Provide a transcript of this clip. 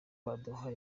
baduha